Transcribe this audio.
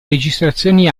registrazioni